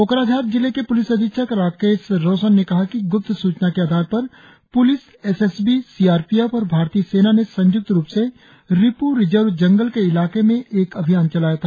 कोकराझार जिले के प्लिस अधीक्षक राकेश रौशन ने कहा कि ग्प्त सूचना के आधार पर प्लिस एसएसबी सीआरपीएफ और भारतीय सेना ने संय्क्त रुप से रिप् रिजर्व जंगल के इलाके में एक अभियान चलाया था